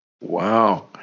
Wow